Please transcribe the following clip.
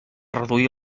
reduir